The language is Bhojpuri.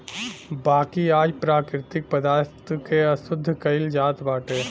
बाकी आज प्राकृतिक पदार्थ के अशुद्ध कइल जात बाटे